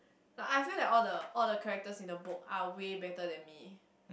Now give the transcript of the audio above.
no I feel like that all the all the characters in the book are way better than me